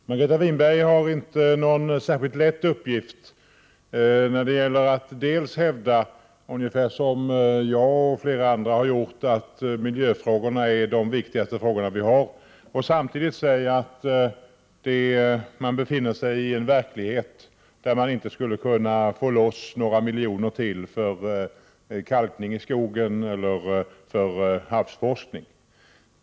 Herr talman! Margareta Winberg har inte någon särskilt lätt uppgift, nämligen att hävda — ungefär som jag och många andra har gjort — att miljöfrågorna är de viktigaste frågor vi har, och samtidigt säga att man befinner sig i en verklighet där man inte skulle kunna få loss några miljoner till för kalkning i skogen eller för havsforskning.